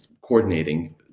coordinating